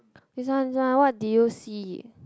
this one this one what did you see